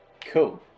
Cool